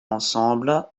ensemble